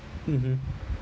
mmhmm